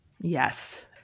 Yes